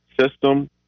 system